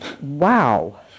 Wow